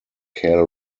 cal